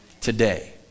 today